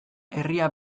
herria